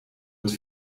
het